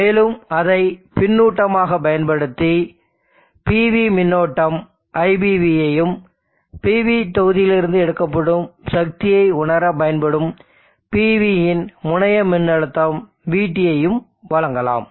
மேலும் அதை பின்னூட்டமாக பயன்படுத்தி PV மின்னோட்டம் iPVயையும் PV தொகுதியிலிருந்து எடுக்கப்படும் சக்தியை உணர பயன்படும் PVயின் முனைய மின்னழுத்தம் vTயையும் வழங்கலாம்